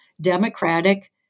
Democratic